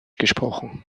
gesprochen